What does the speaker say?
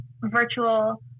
virtual